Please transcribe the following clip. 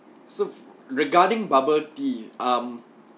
so regarding bubble tea um